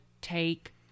take